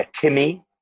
Timmy